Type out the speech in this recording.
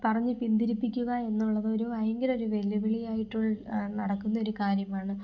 പറഞ്ഞ് പിന്തിരിപ്പിക്കുക എന്നുള്ളതൊരു ഭയങ്കര ഒരു വെല്ലുവിളിയായിട്ട് നടക്കുന്നൊരു കാര്യമാണ്